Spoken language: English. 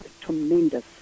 tremendous